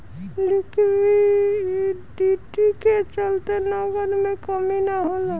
liquidity के चलते नगद के कमी ना होला